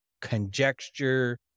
conjecture